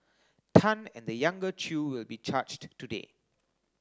Tan and the younger Chew will be charged today